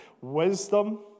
wisdom